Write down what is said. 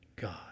God